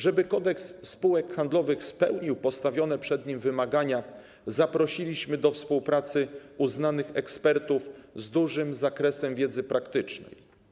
Żeby Kodeks spółek handlowych spełnił postawione przed nim wymagania, zaprosiliśmy do współpracy uznanych ekspertów z dużym zakresem wiedzy praktycznej.